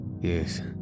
Yes